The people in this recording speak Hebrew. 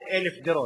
61,000 דירות